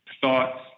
thoughts